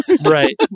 Right